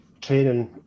training